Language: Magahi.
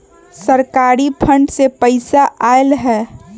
सरकारी फंड से पईसा आयल ह?